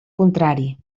contrari